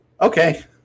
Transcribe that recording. okay